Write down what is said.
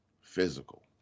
Physical